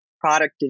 product